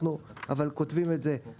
אבל אנחנו כותבים את זה שוב,